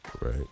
Right